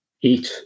eat